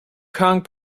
kong